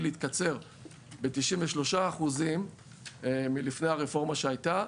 התקצר ב-93% מלפני הרפורמה שהייתה,